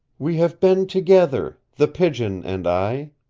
we have been together, the pigeon and i,